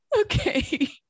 Okay